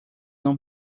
não